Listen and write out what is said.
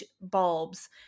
bulbs